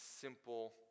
simple